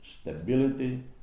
stability